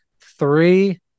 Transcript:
three